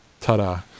ta-da